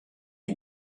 die